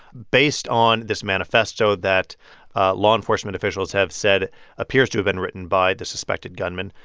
based on this manifesto that law enforcement officials have said appears to have been written by the suspected gunman,